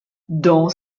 dans